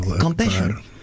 Compassion